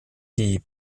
die